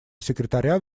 секретаря